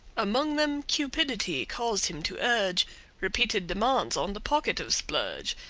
among them, cupidity caused him to urge repeated demands on the pocket of splurge,